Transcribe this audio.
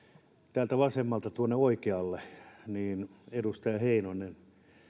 täältä vasemmalta tuonne oikealle että edustaja heinonen